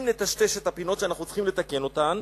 אם נטשטש את הפינות שאנחנו צריכים לתקן אותן,